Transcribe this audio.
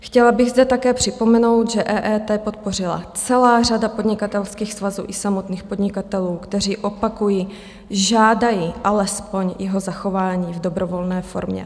Chtěla bych zde také připomenout, že EET podpořila celá řada podnikatelských svazů i samotných podnikatelů, kteří opakuji žádají alespoň jeho zachování v dobrovolné formě.